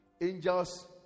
Angels